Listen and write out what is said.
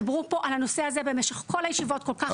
דיברו פה על הנושא הזה במשך כל הישיבות כל כך הרבה פעמים.